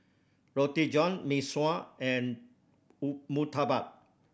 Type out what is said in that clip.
Roti John Mee Sua and murtabak